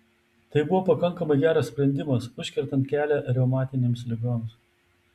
tai buvo pakankamai geras sprendimas užkertant kelią reumatinėms ligoms